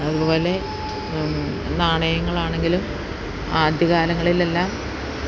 അതുപോലെ നാണയങ്ങൾ ആണെങ്കിലും ആദ്യ കാലങ്ങളിൽ എല്ലാം